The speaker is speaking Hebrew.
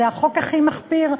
זה החוק הכי מחפיר,